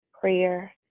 prayer